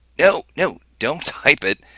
no, no. don't type it.